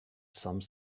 some